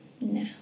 No